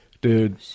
dude